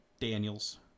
Daniels